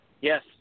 Yes